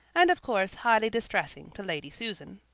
and of course highly distressing to lady susan.